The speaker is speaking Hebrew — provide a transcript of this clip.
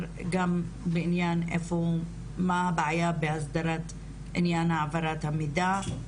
גם בעניין מה הבעיה באסדרת עניין העברת המידע,